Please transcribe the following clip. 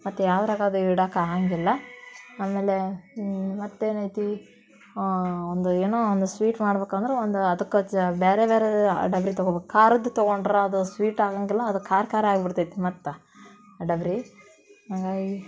ಮತ್ತು ಯಾವ್ದ್ರಾಗ ಅದು ಇಡಕ್ಕೆ ಆಗೋಂಗಿಲ್ಲ ಆಮೇಲೆ ಮತ್ತೆ ಏನೈತಿ ಒಂದು ಏನೋ ಒಂದು ಸ್ವೀಟ್ ಮಾಡ್ಬೇಕಂದ್ರ್ ಒಂದು ಅದಕ್ಕೆ ಜ ಬೇರೆ ಬೇರೆದ ಡಬರಿ ತೊಗೊಬೇಕ್ ಖಾರದ ತೊಗೊಂಡ್ರೆ ಅದು ಸ್ವೀಟ್ ಆಗೋಂಗಿಲ್ಲ ಅದು ಖಾರ ಖಾರ ಆಗಿಬಿಡ್ತೈತಿ ಮತ್ತು ಆ ಡಬರಿ ಹಾಗಾಗಿ